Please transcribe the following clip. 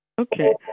Okay